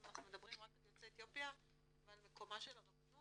אם אנחנו מדברים רק על יוצאי אתיופיה ועל מקומה של הרבנות,